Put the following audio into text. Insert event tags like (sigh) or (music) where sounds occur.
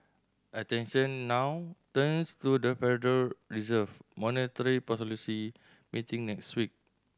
attention now turns to the Federal Reserve monetary (unintelligible) meeting next week